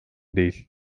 değil